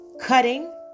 cutting